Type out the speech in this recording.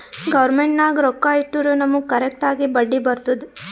government ನಾಗ್ ರೊಕ್ಕಾ ಇಟ್ಟುರ್ ನಮುಗ್ ಕರೆಕ್ಟ್ ಆಗಿ ಬಡ್ಡಿ ಬರ್ತುದ್